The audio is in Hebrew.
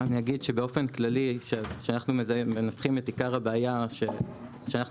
באופן כללי כשאנחנו מנתחים את עיקר הבעיה שאנחנו